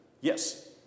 Yes